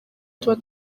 tuba